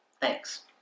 Thanks